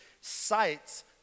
cites